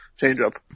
changeup